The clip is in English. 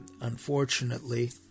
Unfortunately